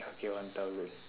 okay one thousand